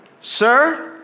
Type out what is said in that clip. sir